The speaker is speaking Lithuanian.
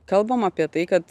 kalbam apie tai kad